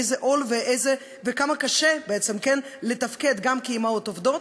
איזה עול וכמה קשה בעצם לתפקד גם כאימהות עובדות,